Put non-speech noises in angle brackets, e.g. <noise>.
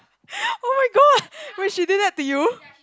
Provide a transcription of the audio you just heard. <laughs> oh my god wait she did that to you